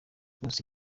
rwose